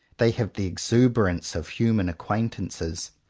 they have the exuberance of human acquaintances.